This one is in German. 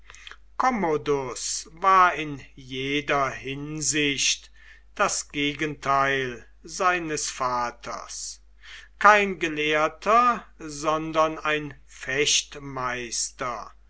war in jeder hinsicht das gegenteil seines vaters kein gelehrter sondern ein